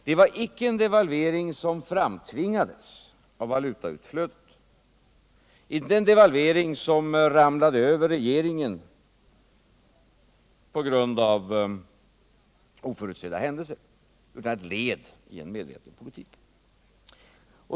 Det var icke en devalvering som framtvingades av valutautflödet — den ramlade inte över regeringen på grund av oförutsedda händelser — utan den var ett led i en medveten politik.